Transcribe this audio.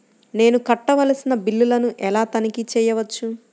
నేను కట్టవలసిన బిల్లులను ఎలా తనిఖీ చెయ్యవచ్చు?